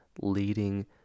leading